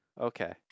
Okay